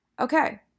Okay